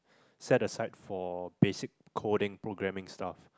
set aside for basic coding programming stuff